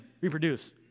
reproduce